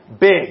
big